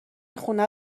خونه